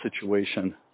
situation